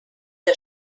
der